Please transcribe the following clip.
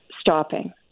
stopping